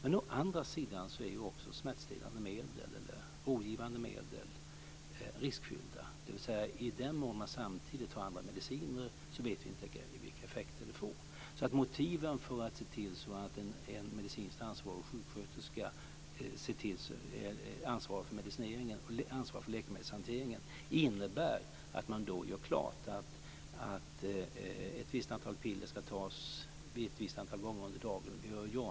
Å andra sidan är också smärtstillande och rogivande medel riskfyllda, dvs. i den mån man samtidigt tar andra mediciner där vi inte vet vilka effekter de får. Det är motivet till att en medicinskt ansvarig sjuksköterska, som är ansvarig för läkemedelshanteringen, gör klart att ett visst antal piller ska tas ett visst antal gånger om dagen.